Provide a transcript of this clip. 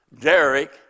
Derek